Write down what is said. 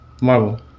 Marvel